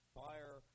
fire